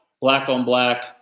black-on-black